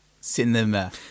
Cinema